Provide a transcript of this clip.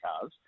cars